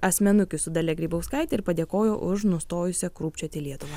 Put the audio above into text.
asmenukių su dalia grybauskaite ir padėkojo už nustojusią krūpčioti lietuvą